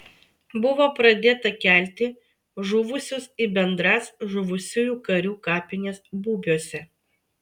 buvo pradėta kelti žuvusius į bendras žuvusiųjų karių kapines bubiuose